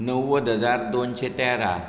णव्वद हजार दोनशें तेरा